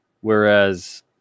whereas